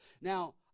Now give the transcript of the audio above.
Now